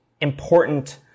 important